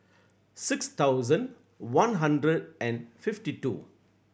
six thousand one hundred and fifty two